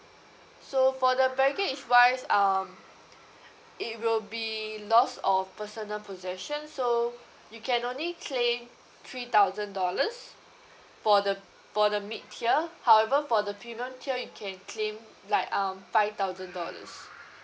so for the baggage wise um it will be loss of personal possessions so you can only claim three thousand dollars for the for the mid tier however for the premium tier you can claim like um five thousand dollars